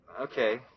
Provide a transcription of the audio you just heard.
okay